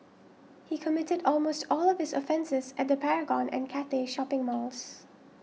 he committed almost all of his offences at the Paragon and Cathay shopping malls